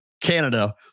Canada